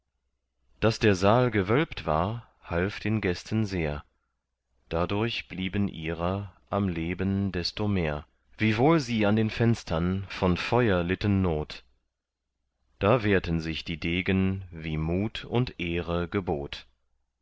daß der saal gewölbt war half den gästen sehr dadurch blieben ihrer am leben desto mehr wiewohl sie an den fenstern von feuer litten not da wehrten sich die degen wie mut und ehre gebot